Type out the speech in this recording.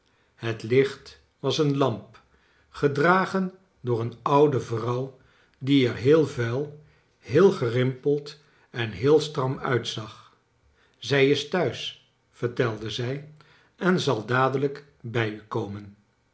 het licht was een lamp gedragen door een oude vrouw die er heel vuil heel gerimpeld en heel stram uitzag zij is tihuis vertelde zij en zal dadelijk bij u komen